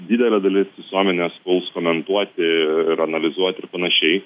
didelė dalis visuomenės puls komentuoti ir analizuot ir panašiai